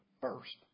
first